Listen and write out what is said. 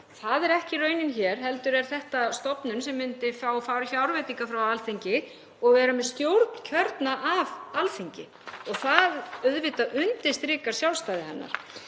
Það er ekki raunin hér heldur er þetta stofnun sem myndi fá fjárveitingar frá Alþingi og vera með stjórn kjörna af Alþingi. Það undirstrikar auðvitað sjálfstæði hennar.